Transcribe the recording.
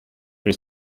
his